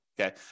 okay